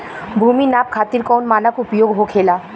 भूमि नाप खातिर कौन मानक उपयोग होखेला?